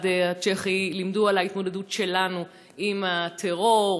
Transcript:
הצ'כי לימדו על ההתמודדות שלנו עם הטרור,